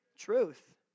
truth